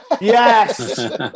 Yes